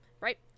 right